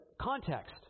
context